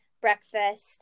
breakfast